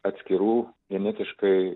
atskirų genetiškai